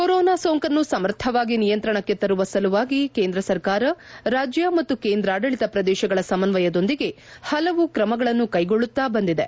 corona ಸೋಂಕನ್ನು ಸಮರ್ಥವಾಗಿ ನಿಯಂತ್ರಣಕ್ಕೆ ತರುವ ಸಲುವಾಗಿ ಕೇಂದ್ರ ಸರ್ಕಾರ ರಾಜ್ಯ ಮತ್ತು ಕೇಂದ್ರಾಡಳಿತ ಪ್ರದೇಶಗಳ ಸಮನ್ನಯದೊಂದಿಗೆ ಹಲವು ಕ್ರಮಗಳನ್ನು ಕೈಗೊಳ್ಳುತ್ತಾ ಬಂದಿದೆ